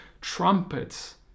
trumpets